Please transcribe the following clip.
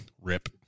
rip